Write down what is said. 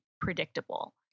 predictable